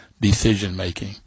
decision-making